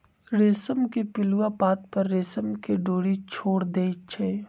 रेशम के पिलुआ पात पर रेशम के डोरी छोर देई छै